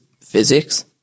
physics